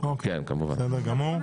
בסדר גמור.